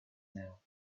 now